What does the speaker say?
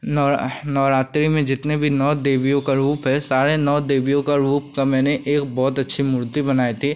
नौरा नवरात्रि में जितने भी नौ देवियों का रूप है सारी नौ देवियों के रूप की मैंने बहुत अच्छी मूर्ति बनाई थी